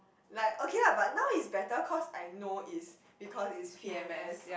like okay lah but now is better cause I know is because is P_M_S